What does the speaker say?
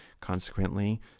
consequently